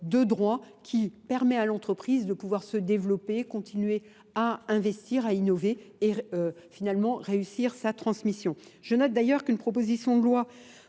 de droits qui permet à l'entreprise de pouvoir se développer, continuer à investir, à innover et finalement réussir sa transmission. Je note d'ailleurs qu'une proposition de loi